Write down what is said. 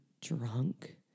drunk